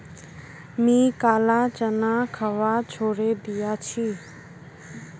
मी काला चना खवा छोड़े दिया छी